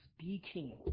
speaking